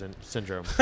syndrome